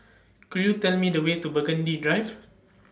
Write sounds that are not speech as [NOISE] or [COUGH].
[NOISE] Could YOU Tell Me The Way to Burgundy Drive